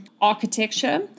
architecture